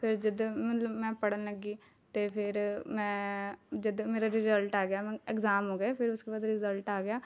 ਫਿਰ ਜਦ ਮਤਲਬ ਮੈਂ ਪੜ੍ਹਨ ਲੱਗੀ ਅਤੇ ਫਿਰ ਮੈਂ ਜਦ ਮੇਰਾ ਰਿਜ਼ਲਟ ਆ ਗਿਆ ਇੰਗਜ਼ਾਮ ਹੋ ਗਏ ਫਿਰ ਉਸ ਕੇ ਬਾਅਦ ਰਿਜ਼ਲਟ ਆ ਗਿਆ